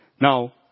Now